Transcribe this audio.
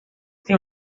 tem